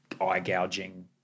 eye-gouging –